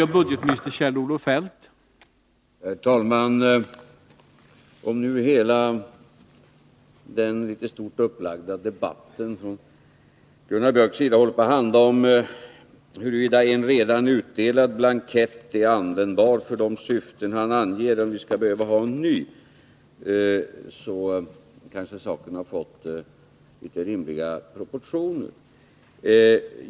Herr talman! Om hela den stort upplagda debatten från Gunnar Biörcks i Värmdö sida egentligen handlar om huruvida en redan utdelad blankett är användbar för de syften han anger eller om vi skulle behöva få en ny blankett, kanske saken har fått litet rimligare proportioner.